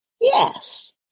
Yes